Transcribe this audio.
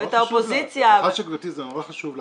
את האופוזיציה -- גברתי, זה נורא חשוב לה